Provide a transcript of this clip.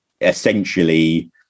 essentially